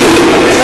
בקשה